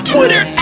Twitter